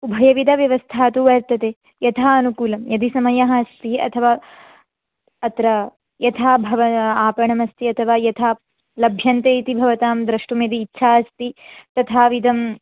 उभयविधव्यवस्था तु वर्तते यथानुकूलं यदि समयः अस्ति अथवा अत्र यथा भव आपणमस्ति अथवा यथा लभ्यन्ते इति भवतां द्रष्टुं यदि इच्छा अस्ति तथाविधं